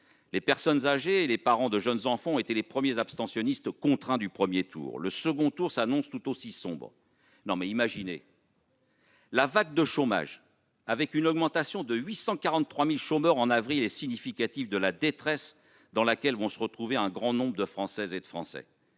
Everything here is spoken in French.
Les personnes âgées et les parents de jeunes enfants ont été les premiers abstentionnistes « contraints » du premier tour. Le second tour s'annonce tout aussi sombre. La vague de chômage- le nombre de chômeurs a augmenté de 843 000 en avril -est significative de la détresse dans laquelle vont se retrouver un grand nombre de Françaises et de Français.